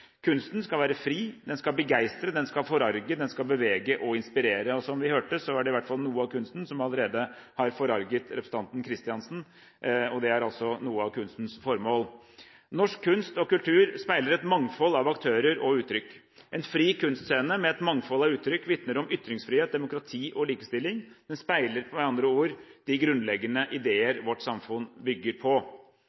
Kunsten skal være fri. Den skal begeistre, den skal forarge, den skal bevege og inspirere. Som vi hørte, var det i hvert fall noe av kunsten som allerede har forarget representanten Kristiansen. Det er altså noe av kunstens formål. Norsk kunst og kultur speiler et mangfold av aktører og uttrykk. En fri kunstscene med et mangfold av uttrykk vitner om ytringsfrihet, demokrati og likestilling. Den speiler med andre ord de grunnleggende ideer